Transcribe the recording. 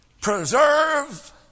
preserve